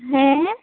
ᱦᱮᱸᱻ